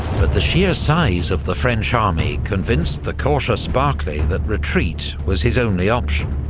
but the sheer size of the french army convinced the cautious barclay that retreat was his only option.